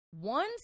One